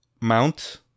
mount